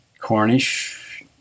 Cornish